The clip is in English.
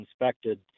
inspected